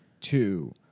two